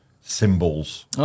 symbols